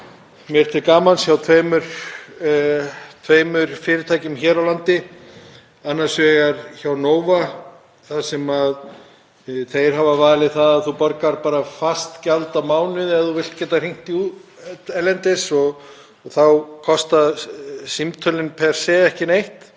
mér til gamans hjá tveimur fyrirtækjum hér á landi, annars vegar hjá Nova, þar sem þú borgar bara fast gjald á mánuði ef þú vilt geta hringt til útlanda og þá kosta símtölin per se ekki neitt,